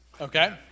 okay